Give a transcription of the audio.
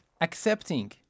accepting